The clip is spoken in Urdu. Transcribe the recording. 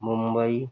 ممبئی